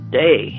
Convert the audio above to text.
day